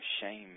shame